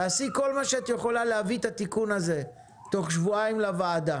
תעשי כל מה שאת יכולה כדי להביא את התיקון הזה בתוך שבועיים לוועדה.